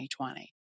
2020